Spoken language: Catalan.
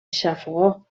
xafogor